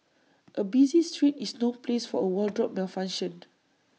A busy street is no place for A wardrobe malfunction